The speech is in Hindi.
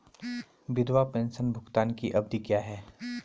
विधवा पेंशन भुगतान की अवधि क्या है?